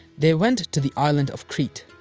they went to the island of crete.